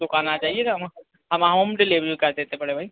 दुकान आ जाइएगा हम होम दिलेभरी भी कर देते बड़े भाई